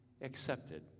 accepted